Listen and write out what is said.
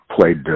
played